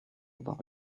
about